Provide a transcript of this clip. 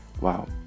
wow